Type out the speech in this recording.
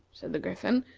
said the griffin,